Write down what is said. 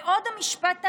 בעוד המשפט האנגלי,